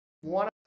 One